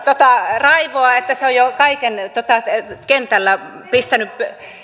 raivoaa että se on jo kaiken kentällä pistänyt